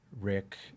Rick